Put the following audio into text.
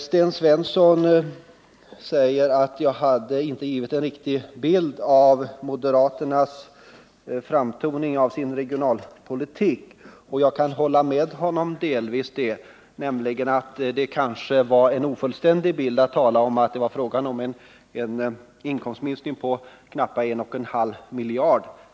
Sten Svensson sade att jag inte har givit en riktig bild av moderaternas framtoning av sin egen politik. Jag kan delvis hålla med honom om det — det var kanske en ofullständig bild att tala om att det var fråga om en inkomstminskning på knappa 1,5 miljarder.